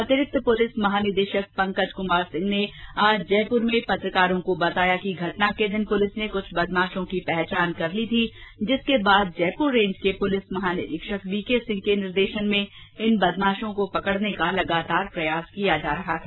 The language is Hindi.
अतिरिक्त पुलिस महानिदेशक पंकज कुमार सिंह ने आज जयपुर में एक पत्रकार वार्ता में बताया कि घटना के दिन पुलिस ने कुछ बदमाशों की पहचान कर ली थी जिसके बाद जयपुर रेंज के पुलिस महानिरीक्षक वी के सिंह के निर्देशन में इन बदमाशों को पकड़ने का लगातार प्रयास किया जा रहा था